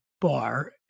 bar